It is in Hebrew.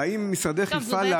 והאם משרדך יפעל להגדיל,